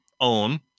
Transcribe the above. own